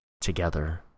together